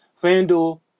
FanDuel